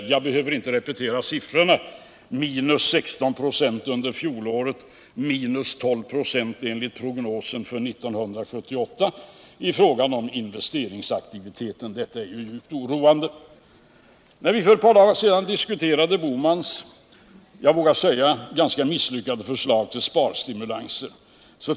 Jag skulle egentligen inte behöva repetera siffrorna — minus 16 "4 under fjolåret och minus 12 ”4 enligt prognosen för 1978 när det gäller investeringsaktiviteten. Detta är djupt oroande. När vi för ett par dagar sedan diskuterade Gösta Bohmans — jag vågar säga det — ganska misslyckade förslag till sparstimulanser.